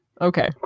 Okay